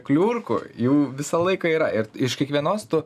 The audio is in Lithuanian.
kliurkų jų visą laiką yra ir iš kiekvienos tu